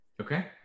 Okay